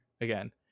again